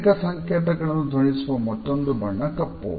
ಅನೇಕ ಸಂಕೇತಗಳನ್ನು ಧ್ವನಿಸುವ ಮತ್ತೊಂದು ಬಣ್ಣ ಕಪ್ಪು